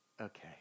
Okay